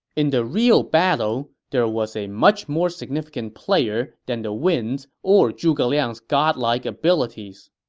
in the real battle, there was a much more significant player than the winds or zhuge liang' god-like abilities,